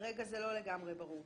כרגע זה לא לגמרי ברור.